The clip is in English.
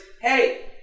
hey